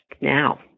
now